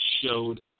showed